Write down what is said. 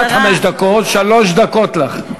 שלוש דקות לך.